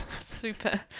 super